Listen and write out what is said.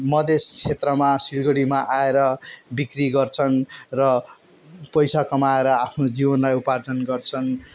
मधेस क्षेत्रमा सिलगढीमा आएर बिक्री गर्छन् र पैसा कमाएर आफ्नो जीवनलाई उपार्जन गर्छन्